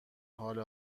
حال